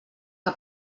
que